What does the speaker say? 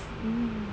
mm